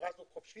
המכרז הוא חופשי,